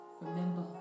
Remember